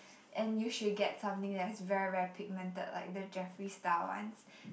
and you should get something that is very very pigmented like the Jeffree style ones